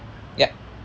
yup